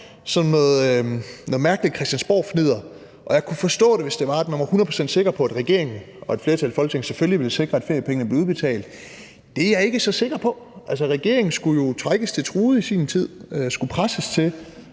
som noget mærkeligt christiansborgfnidder. Jeg kunne forstå det, hvis det var sådan, at man var 100 pct. sikker på, at regeringen og et flertal i Folketinget selvfølgelig vil sikre, at feriepengene bliver udbetalt. Det er jeg ikke så sikker på. Altså, regeringen skulle jo trækkes til truget i sin tid; den skulle presses til